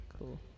Cool